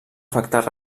afectar